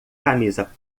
camisa